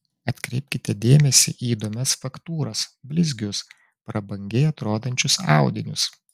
atkreipkite dėmesį į įdomias faktūras blizgius prabangiai atrodančius audinius